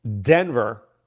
Denver